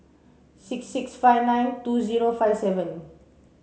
six six five nine two zero five seven